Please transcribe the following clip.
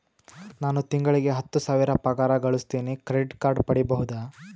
ನಾನು ತಿಂಗಳಿಗೆ ಹತ್ತು ಸಾವಿರ ಪಗಾರ ಗಳಸತಿನಿ ಕ್ರೆಡಿಟ್ ಕಾರ್ಡ್ ಪಡಿಬಹುದಾ?